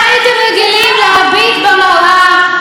אם הייתם מקבלים תשובה שמניחה את דעתכם,